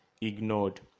ignored